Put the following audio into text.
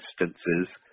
instances